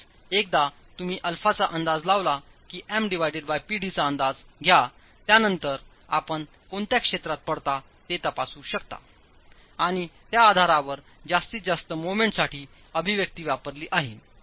म्हणूनच एकदा तुम्हीα चा अंदाज लावला की M Pd चा अंदाज घ्या त्यानंतर आपण कोणत्या क्षेत्रात पडता ते तपासू शकता आणि त्याआधारावरजास्तीत जास्त मोमेंट साठी अभिव्यक्ती वापरली आहे